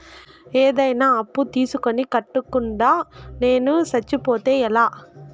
ఏదైనా అప్పు తీసుకొని కట్టకుండా నేను సచ్చిపోతే ఎలా